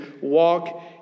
walk